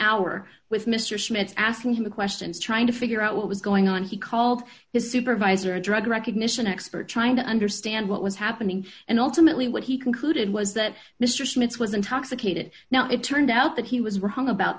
hour with mister smith's asking him questions trying to figure out what was going on he called his supervisor a drug recognition expert trying to understand what was happening and ultimately what he concluded was that mister smith's was intoxicated now it turned out that he was wrong about